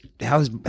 How's